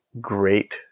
great